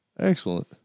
excellent